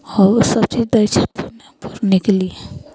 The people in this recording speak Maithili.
आ ओ सभचीज दै छथिन पढ़नेके लिए